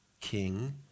king